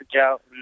out